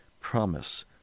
promise